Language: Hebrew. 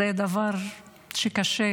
זה דבר שקשה